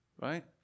right